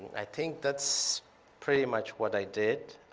i think that's pretty much what i did.